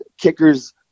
kickers